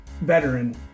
veteran